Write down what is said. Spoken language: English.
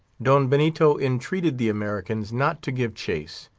don benito entreated the american not to give chase,